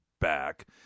back